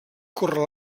corre